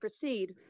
proceed